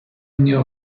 mnie